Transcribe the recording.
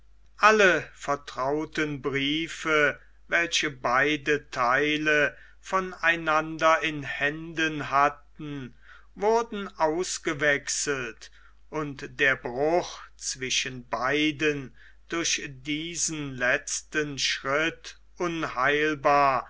alle vertrauten briefe welche beide theile von einander in händen hatten wurden ausgewechselt und der bruch zwischen beiden durch diesen letzten schritt unheilbar